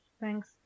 thanks